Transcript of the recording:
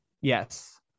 Yes